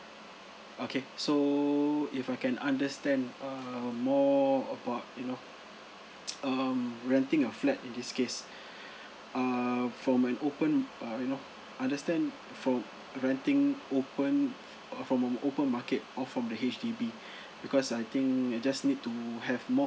okay so if I can understand err more about you know um renting a flat in this case err from an open uh you know understand for renting open uh from a open market or from the H_D_B because I think I just need to have more